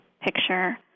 picture